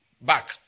back